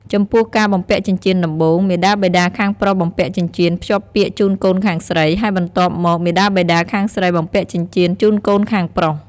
ចំពោះការបំពាក់ចិញ្ចៀនដំបូង មាតាបិតាខាងប្រុសបំពាក់ចិញ្ចៀនភ្ជាប់ពាក្យជូនកូនខាងស្រី ហើយបន្ទាប់មក មាតាបិតាខាងស្រីបំពាក់ចិញ្ចៀនជូនកូនខាងប្រុស។